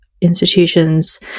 institutions